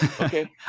Okay